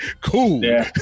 Cool